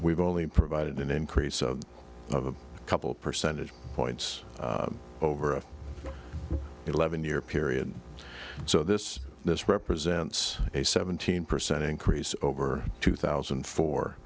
we've only provided an increase of a couple percentage points over a eleven year period so this this represents a seventeen percent increase over two thousand